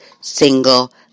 single